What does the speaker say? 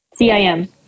cim